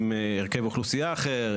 והיא הייתה במשרד אחר,